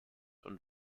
und